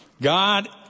God